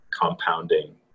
compounding